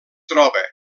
troba